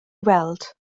weld